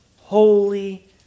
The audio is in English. holy